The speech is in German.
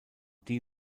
die